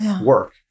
work